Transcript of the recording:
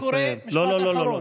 אני קורא, לא, לא, לא.